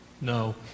No